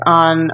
on